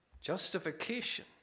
Justification